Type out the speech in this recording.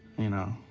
you know,